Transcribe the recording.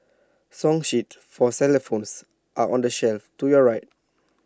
song sheets for xylophones are on the shelf to your right